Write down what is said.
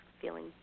feeling